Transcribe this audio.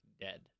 dead